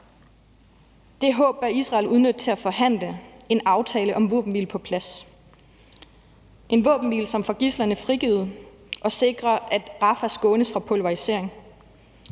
Det håb kan Israel udnytte til at forhandle en aftale om våbenhvile på plads – en våbenhvile, som får gidslerne frigivet og sikrer, at Rafah skånes for pulverisering.